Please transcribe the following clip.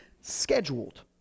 scheduled